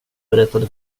berättade